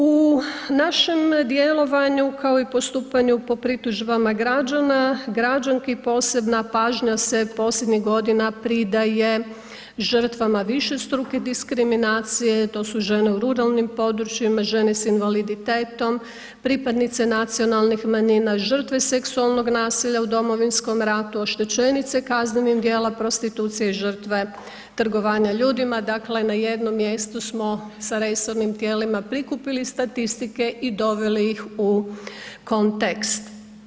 U našem djelovanju kao i postupanju po pritužbama građana i građanki, posebna pažnja se posljednjih godina pridaje žrtvama višestruke diskriminacije a to su žene u ruralnim područjima, žene sa invaliditetom, pripadnice nacionalnih manjina, žrtve seksualnog nasilja u Domovinsko, ratu, oštećenice kaznenog djela prostitucije i žrtve trgovanja ljudima dakle na jednom mjestu smo s resornim tijelima prikupili statistike i doveli ih u kontekst.